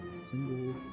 Single